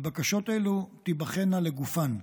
ובקשות אלו תיבחנה לגופן.